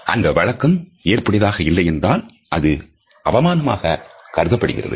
அந்த வழக்கம் ஏற்புடையதாக இல்லை என்றால் அது அவமானமாகக் கருதப்படுகிறது